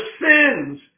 sins